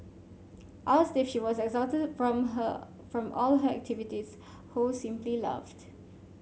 asked if she was exhausted from her from all her activities Ho simply laughed